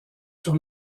sur